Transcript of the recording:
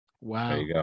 wow